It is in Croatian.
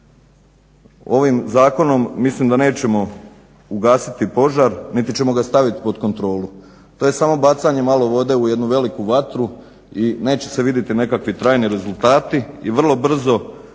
Ovim zakonom mislim da nećemo ugasiti požar niti ćemo ga staviti pod kontrolu. To je samo bacanje malo vode u jednu veliku vatru i neće se vidjeti nekakvi trajni rezultati i vrlo brzo naći